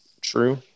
True